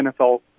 NFL